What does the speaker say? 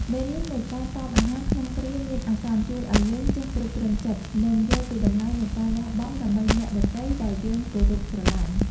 មេរៀននៃការតមអាហារក្នុងគ្រាមានអាសន្នជួយឱ្យយើងចេះគ្រប់គ្រងចិត្ត និង យល់ពីតម្លៃនៃការលះបង់ដើម្បីអ្នកដទៃដែលយើងគោរពស្រឡាញ់។